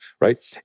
Right